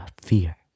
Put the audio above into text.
fear